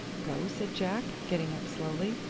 go? said jack, getting up slowly,